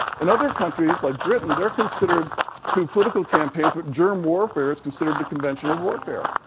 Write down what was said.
in other countries, like britain, they're considered to political campaigns what germ warfare is considered to conventional warfare.